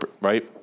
Right